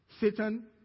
satan